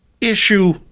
issue